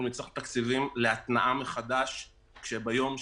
נצטרך תקציבים להתנעה מחדש ביום שאחרי.